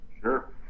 Sure